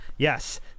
Yes